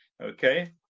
okay